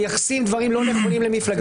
שמייחסים דברים לא נכונים למפלגה.